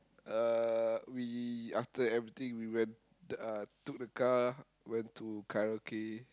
uh we after everything we went uh took the car went to karaoke